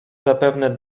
zapewne